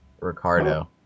Ricardo